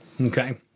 Okay